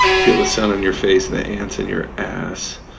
feel the sun on your face and the ants in your ass.